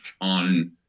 on